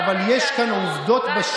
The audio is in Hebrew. מפסידים לאחים המוסלמים ולתומכי